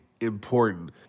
important